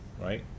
right